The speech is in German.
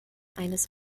eines